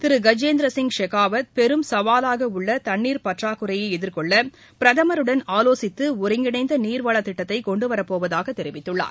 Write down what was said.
திரு கஜேந்திர சிங் ஷெகாவத் பெரும் சவாலாக உள்ள தண்ணீர் பற்றாக்குறையை எதிர்கொள்ள பிரதமருடன் ஆலோசினத்து ஒருங்கிணைந்த நீர்வளத் திட்டத்தை கொண்டுவரப் போவதாக தெரிவித்துள்ளார்